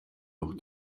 noch